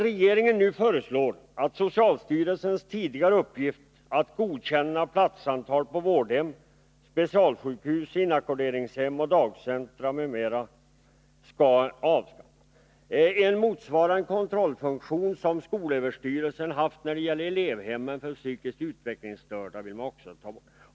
Regeringen föreslår nu att socialstyrelsens tidigare uppgift att godkänna platsantal på vårdhem, specialsjukhus, inackorderingshem och dagcentra skall upphöra. En motsvarande kontrollfunktion som skolöverstyrelsen haft när det gäller elevhemmen för psykiskt utvecklingsstörda vill man också ta bort.